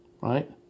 right